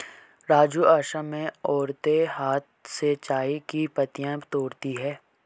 राजू असम में औरतें हाथ से चाय की पत्तियां तोड़ती है